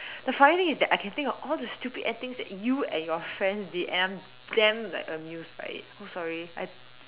the funny thing is that I can think of all the stupid antics that you and your friends did and I'm damn like amused by it so sorry I